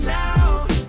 now